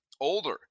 older